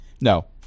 No